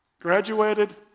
Graduated